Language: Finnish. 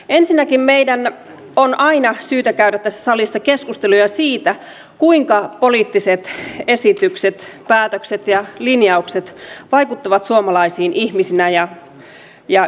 ensinnäkin meidän on aina syytä käydä tässä salissa keskusteluja siitä kuinka poliittiset esitykset päätökset ja linjaukset vaikuttavat suomalaisiin ihmisinä ja yhteiskuntana